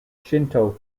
shinto